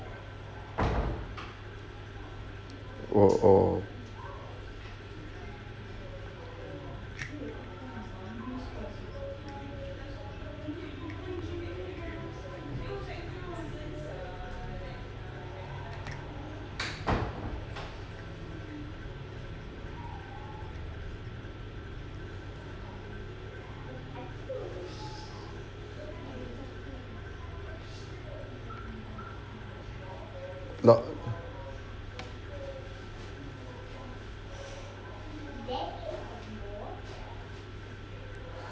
oo